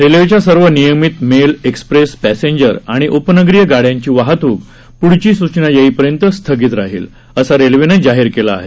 रेल्वेच्या सर्व नियमित मेल एक्सप्रेस ॅसेंजर आणि उ नगरी गाड्यांची वाहतूक ढची सूचना येई र्यंत स्थगित राहील असं रेल्वेने जाहीर केलं आहे